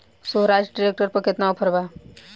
सोहराज tractor पर केतना offer बा?